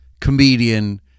comedian